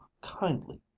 kindly